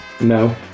no